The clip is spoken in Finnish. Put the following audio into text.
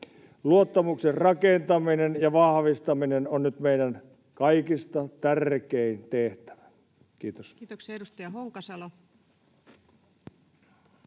Luottamuksen rakentaminen ja vahvistaminen on nyt meidän kaikista tärkein tehtävä. — Kiitos. [Speech 84]